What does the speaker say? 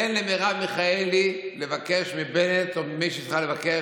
תן למרב מיכאלי לבקש מבנט או ממי שהיא צריכה לבקש,